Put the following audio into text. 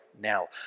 now